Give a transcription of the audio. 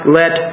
let